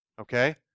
Okay